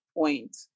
point